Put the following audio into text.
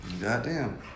Goddamn